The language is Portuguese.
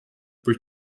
por